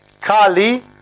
Kali